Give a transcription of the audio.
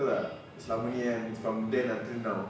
tu lah selama ni kan from then until now